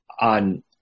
on